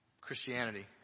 Christianity